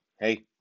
hey